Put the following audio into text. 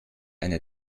eine